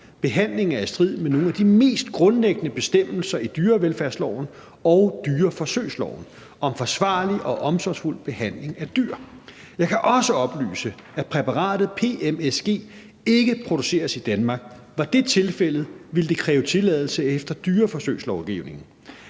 Behandlingen er i strid med nogle af de mest grundlæggende bestemmelser i dyrevelfærdsloven og dyreforsøgsloven om forsvarlig og omsorgsfuld behandling af dyr. Jeg kan også oplyse, at præparatet PMSG ikke produceres i Danmark. Var det tilfældet, ville det kræve tilladelse efter dyreforsøgslovgivningen.